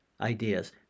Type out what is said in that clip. ideas